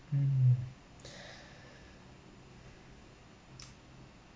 mm